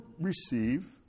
receive